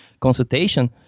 consultation